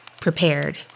prepared